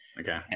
Okay